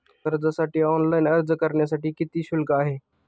कर्जासाठी ऑनलाइन अर्ज करण्यासाठी किती शुल्क आहे?